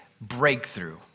breakthrough